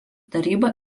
taryba